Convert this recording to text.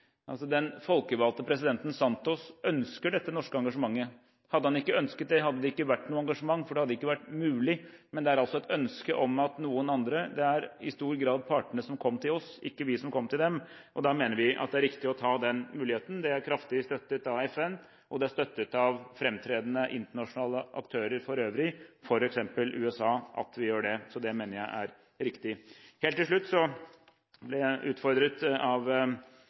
Den folkevalgte presidenten Santos ønsker dette norske engasjementet. Hadde han ikke ønsket det, hadde det ikke vært noe engasjement, for da hadde det ikke vært mulig, men det er altså et ønske om noen andre. Det er i stor grad partene som kom til oss, ikke vi som kom til dem, og da mener vi at det er riktig å ta den muligheten. Det er kraftig støttet av FN, og det er støttet av framtredende internasjonale aktører for øvrig, f.eks. USA, at vi gjør det. Så det mener jeg at er riktig. Helt til slutt ble jeg utfordret av